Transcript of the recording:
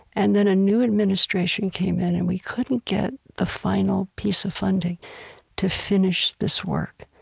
and then a new administration came in, and we couldn't get the final piece of funding to finish this work.